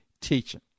teaching